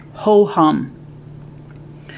ho-hum